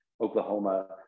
Oklahoma